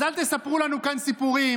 אז אל תספרו לנו כאן סיפורים